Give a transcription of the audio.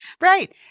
Right